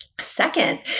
Second